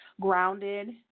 grounded